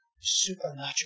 supernatural